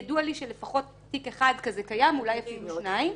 ידוע לי שלפחות תיק אחד כזה קיים אולי אפילו שניים.